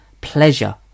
pleasure